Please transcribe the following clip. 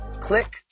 click